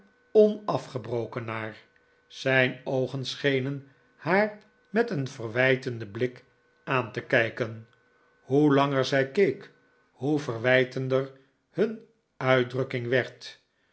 onafgebroken naar zijn oogen schenen haar met een verwijtenden blik aan te kijken hoe langer zij keek hoe verwijtender hun uitdrukking werd